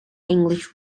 english